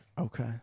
Okay